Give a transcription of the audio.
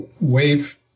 wave